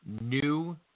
new